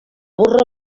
burro